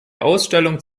ausstellung